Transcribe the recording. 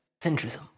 Centrism